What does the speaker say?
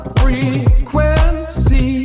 frequency